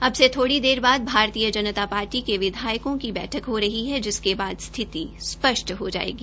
अब से थोड़ी देर बाद भारतीय जनता पार्टी के विधायकों की बैठक हो रही है जिसके बाद स्थिति स्पष्ट हो जायेगी